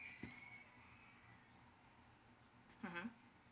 mmhmm